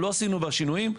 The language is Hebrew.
לא עשינו בה שינויים.